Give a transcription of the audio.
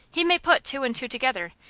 he may put two and two together,